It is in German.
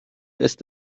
ist